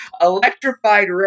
electrified